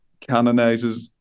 canonizes